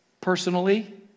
Personally